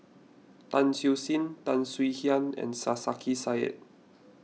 Tan Siew Sin Tan Swie Hian and Sarkasi Said